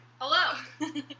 hello